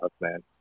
man